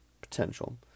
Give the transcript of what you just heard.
potential